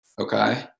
okay